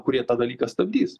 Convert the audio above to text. kurie tą dalyką stabdys